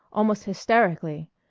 almost hysterically,